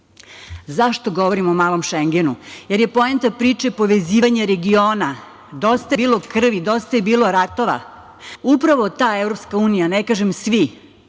govorim o Malom Šengenu? Jer je poenta priče povezivanje regiona. Dosta je bilo krvi, dosta je bilo ratova. Upravo ta Evropska unija,